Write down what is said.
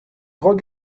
cʼhoant